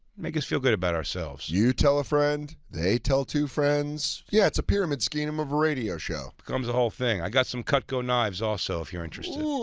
make us feel good about ourselves. you tell a friend, they tell two friends. yeah it's a pyramide scheme of a radio show. becomes a whole thing. i got some cutco knives also, if you're interested. ohhh,